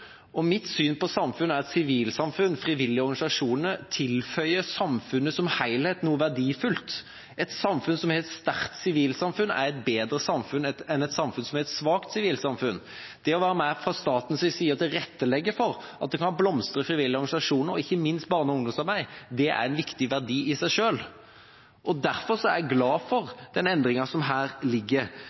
og mitt syn på samfunn er at sivilsamfunn, frivillige organisasjoner, tilføyer samfunnet som helhet noe verdifullt. Et samfunn som er et sterkt sivilsamfunn, er et bedre samfunn enn et samfunn som er et svakt sivilsamfunn. Det å være med fra statens side og tilrettelegge for at det kan blomstre frivillige organisasjoner, og ikke minst barne- og ungdomsarbeid, er en viktig verdi i seg selv, og derfor er jeg glad for denne endringa,